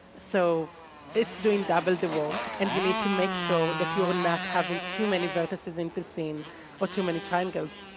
so it's doing double the work, and you need to make sure that you are not having too many verdict sees in the scene or too many triangles.